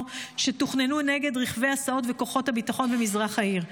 שתוכננו נגד רכבי הסעות וכוחות הביטחון במזרח העיר,